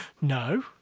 no